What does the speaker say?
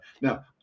Now